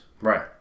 Right